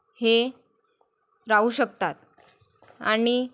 हे राहू शकतात आणि